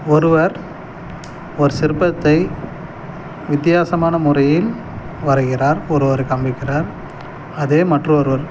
ஒருவர் ஒரு சிற்பத்தை வித்தியாசமான முறையில் வரைகிறார் ஒருவர் காண்பிக்கிறார் அதே மற்றொருவர்